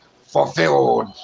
fulfilled